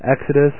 Exodus